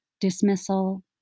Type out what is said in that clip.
dismissal